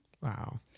Wow